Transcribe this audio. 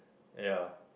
yeah